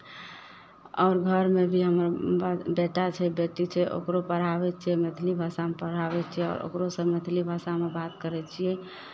आओर घरमे भी हमर बड़ बेटा छै बेटी छै ओकरो पढ़ाबै छियै मैथिली भाषामे पढ़ाबै छियै आओर ओकरोसँ मैथिली भाषामे बात करै छियै